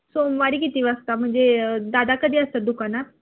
सोमवारी किती वाजता म्हणजे दादा कधी असतात दुकानात